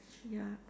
ya